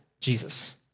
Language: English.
Jesus